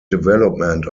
development